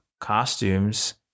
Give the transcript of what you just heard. costumes